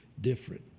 different